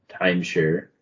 timeshare